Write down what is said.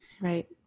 Right